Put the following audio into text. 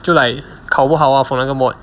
就 like 考不好 lah for that mod